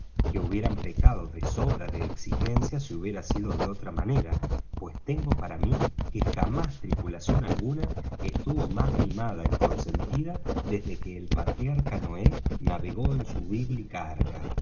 que hubieran pecado de sobra de exigencia si hubiera sido de otra manera pues tengo para mí que jamás tripulación alguna estuvo más mimada y consentida desde que el patriarca noé navegó en su bíblica arca